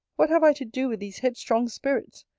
what have i to do with these headstrong spirits?